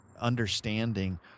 understanding